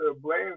blame